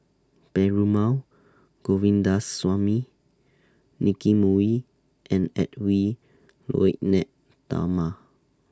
Perumal Govindaswamy Nicky Moey and Edwy Lyonet Talma